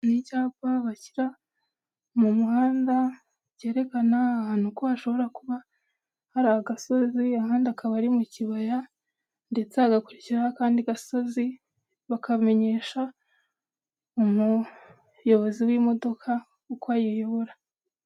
Ni icyapa bashyira mu muhanda, cyerekana ahantu ko hashobora kuba hari agasozi ahandi akaba ari mu kibaya, ndetse hagakurikiraho akandi gasozi, bakamenyesha umuyobozi w'imodoka uko ayiyobora.